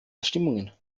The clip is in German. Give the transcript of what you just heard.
bestimmungen